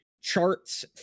charts